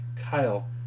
Kyle